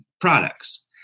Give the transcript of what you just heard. products